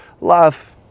love